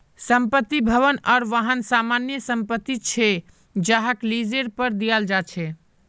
संपत्ति, भवन आर वाहन सामान्य संपत्ति छे जहाक लीजेर पर दियाल जा छे